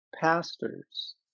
pastors